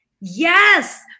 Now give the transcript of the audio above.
Yes